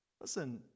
Listen